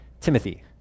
Timothy